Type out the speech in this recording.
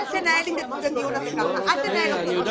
זה לא הוגן.